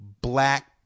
black